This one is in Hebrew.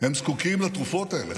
זקוקים לתרופות האלה,